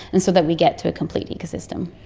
and so that we get to a complete ecosystem.